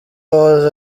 wahoze